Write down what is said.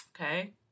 Okay